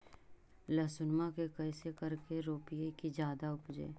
लहसूनमा के कैसे करके रोपीय की जादा उपजई?